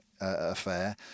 affair